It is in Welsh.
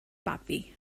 babi